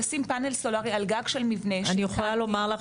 אני יכולה לומר לך